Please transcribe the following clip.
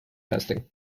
testing